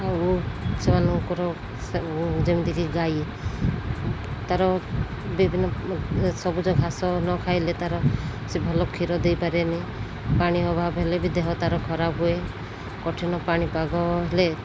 ଆଉ ସେମାନଙ୍କର ଯେମିତିକି ଗାଈ ତା'ର ବିଭିନ୍ନ ସବୁଜ ଘାସ ନ ଖାଇଲେ ତା'ର ସେ ଭଲ କ୍ଷୀର ଦେଇପାରେନି ପାଣି ଅଭାବ ହେଲେ ବି ଦେହ ତା'ର ଖରାପ ହୁଏ କଠିନ ପାଣିପାଗ ହେଲେ